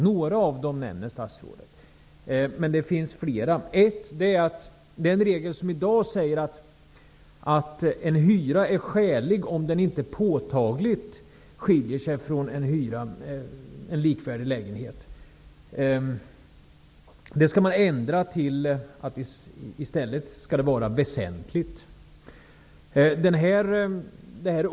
Några av dem nämner statsrådet. Men det finns fler. Den regel som i dag säger att en hyra är skälig om den inte ''påtagligt'' skiljer sig från hyran för en likvärdig lägenhet skall man ändra till ''väsentligt''.